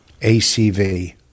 ACV